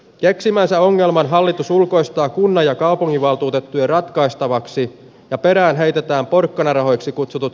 keksimänsä ongelman hallitus ulkoista ikkuna ja kaupunginvaltuutettujen ratkaistavaksi ja perään heitetään porkkanarahoiksi kutsutut